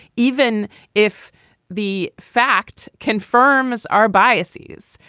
even if the fact confirms our biases.